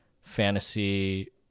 fantasy